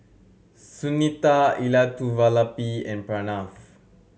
Sunita Elattuvalapil and Pranav